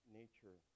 nature